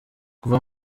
kuva